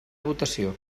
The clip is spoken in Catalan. votació